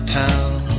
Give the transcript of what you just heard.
town